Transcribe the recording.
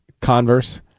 converse